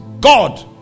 God